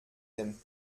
dem